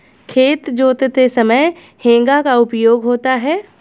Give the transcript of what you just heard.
खेत जोतते समय हेंगा का उपयोग होता है